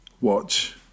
watch